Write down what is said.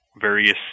various